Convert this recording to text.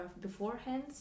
beforehand